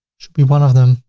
should be one of them.